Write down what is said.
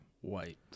white